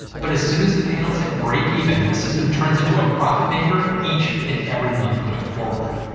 but as soon as the panels hit breakeven the system turns into a profit maker each and every month going forward.